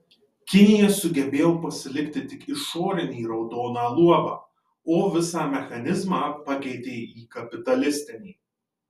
kinija sugebėjo pasilikti tik išorinį raudoną luobą o visą mechanizmą pakeitė į kapitalistinį